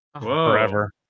forever